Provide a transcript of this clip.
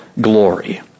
glory